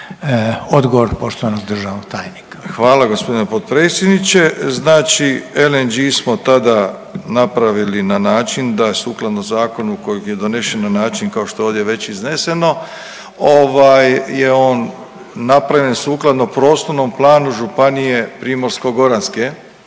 Odgovor poštovanog državnog tajnika. **Milatić, Ivo** Hvala gospodine potpredsjedniče. Znači LNG smo tada napravili na način da sukladno zakonu koji je donešen na način kao što je ovdje već izneseno ovaj je on napravljen sukladno prostornom planu Županije Primorsko-goranske